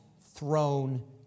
throne